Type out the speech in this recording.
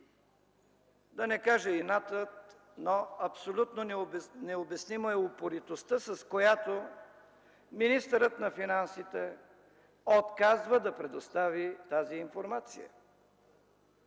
да не кажа ината, но абсолютно необяснима е упоритостта, с която министъра на финансите отказва да предостави тази информация.